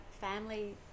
family